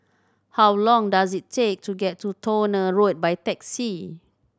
how long does it take to get to Towner Road by taxi